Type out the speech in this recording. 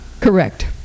Correct